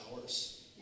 hours